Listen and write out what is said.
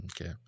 okay